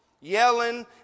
yelling